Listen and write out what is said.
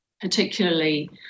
particularly